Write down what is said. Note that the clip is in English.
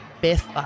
Biff